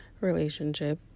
relationship